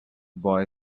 boy